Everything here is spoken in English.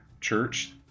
church